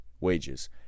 wages